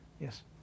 Yes